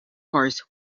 cars